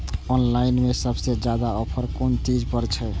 Online में सबसे ज्यादा ऑफर कोन चीज पर छे?